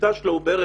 הממוצע שלו הוא בערך